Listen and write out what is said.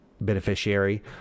beneficiary